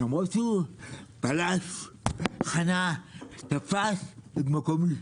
למרות שהוא פלש, חנה, תפס את מקומי,